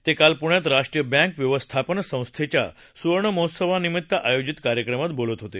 ते काल पुण्यात राष्ट्रीय बँक व्यवस्थापन संस्थेच्या सुवर्ण महोत्सवानिमित्त आयोजित कार्यक्रमात बोलत होते